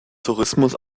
tourismus